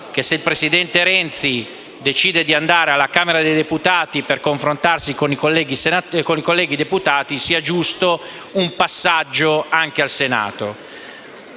che se il presidente Renzi decide di andare alla Camera dei deputati per confrontarsi con i colleghi deputati sia giusto un passaggio anche al Senato.